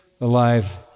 alive